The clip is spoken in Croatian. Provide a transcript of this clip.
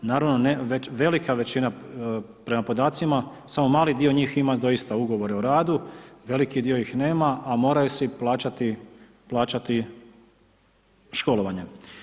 Naravno, velika količina, prema podacima, samo mali dio njih ima doista ugovor o radu, veliki dio ih nema, a moraju svi plaćati školovanje.